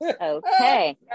Okay